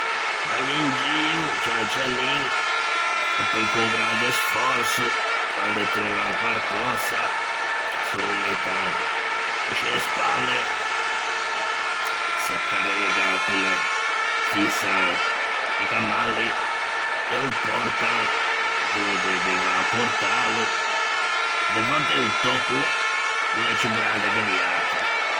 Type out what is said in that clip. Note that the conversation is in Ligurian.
Van in gio, cian cianin, e pöi con grande sfòrso, quande treuvan quarcösa, se ô mettan in scê spalle, se carregan comme fïsan di camalli, e ô pòrtan donde devan portâlo, de vòtte o tòcco o l'é ciù grande che liatre...